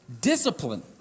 Discipline